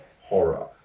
Horror